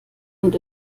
und